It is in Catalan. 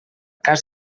cas